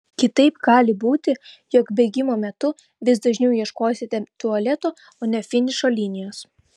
kitaip gali būti jog bėgimo metu vis dažniau ieškosite tualeto o ne finišo linijos